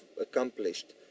accomplished